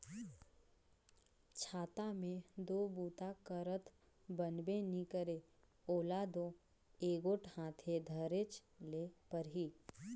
छाता मे दो बूता करत बनबे नी करे ओला दो एगोट हाथे धरेच ले परही